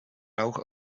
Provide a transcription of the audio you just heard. rauch